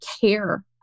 care